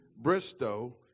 Bristow